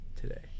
today